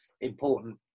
important